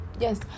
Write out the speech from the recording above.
Yes